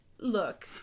look